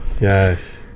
Yes